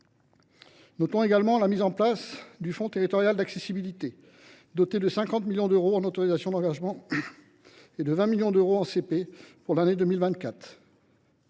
Notons également la mise en place du fonds territorial d’accessibilité, doté de 50 millions d’euros en autorisations d’engagement et de 20 millions d’euros en crédits